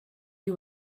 you